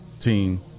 team